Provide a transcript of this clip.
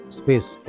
space